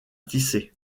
tisser